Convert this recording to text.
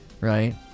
Right